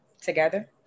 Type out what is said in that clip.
together